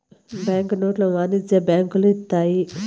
bank నోట్లు వాణిజ్య బ్యాంకులు ఇత్తాయి